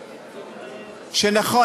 ונכון,